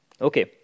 Okay